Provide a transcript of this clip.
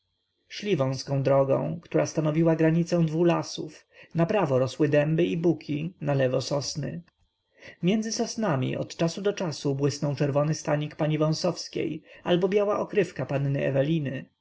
szli wąską drogą która stanowiła granicę dwu lasów naprawo rosły dęby i buki nalewo sosny między sosnami od czasu do czasu błysnął czerwony stanik pani wąsowskiej albo biała okrywka panny eweliny